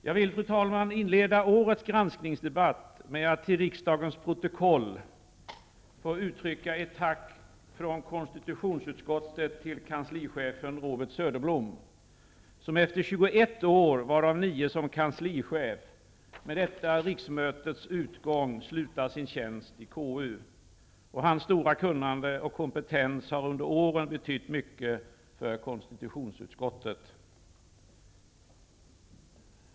Jag vill, fru talman, inleda årets granskningsdebatt med att till riksdagens protokoll uttrycka ett tack från konstitutionsutskottet till kanslichef Robert Söderblom som, efter 21 år varav 9 år som kanslichef, med detta riksmötes utgång slutar sin tjänst i KU. Hans stora kunnande och kompetens har under åren betytt mycket för konstitutionsutskottet.